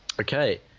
Okay